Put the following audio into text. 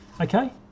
Okay